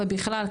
ובכלל,